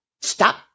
stop